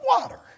water